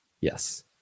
Yes